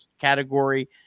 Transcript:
category